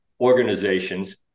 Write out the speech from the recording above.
organizations